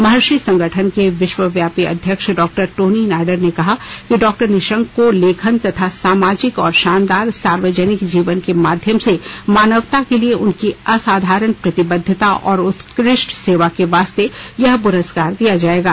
महर्षि संगठन के विश्वव्यापी अध्यक्ष डॉ टोनी नाडर ने कहा कि डॉ निशंक को लेखन तथा सामाजिक और शानदार सार्वजनिक जीवन के माध्यम से मानवता के लिए उनकी असाधारण प्रतिबद्धता और उत्कृष्ट सेवा के लिए यह पुरस्कार दिया जाएगा